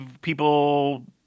people